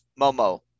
Momo